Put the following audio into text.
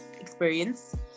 experience